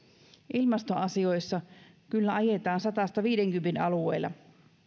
ilmastoasioissa kyllä ajetaan satasta viidenkympin alueella